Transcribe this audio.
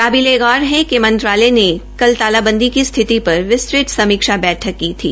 काबिले गौर है कि मंत्रालय ने बुधवार को तालाबंदी की स्थिति पर विस्तृत समीक्षा बैठक की थी